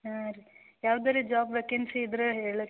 ಹಾಂ ರೀ ಯಾವ್ದಾದ್ರು ಜಾಬ್ ವೇಕೆನ್ಸಿ ಇದ್ರೆ ಹೇಳೋಕೆ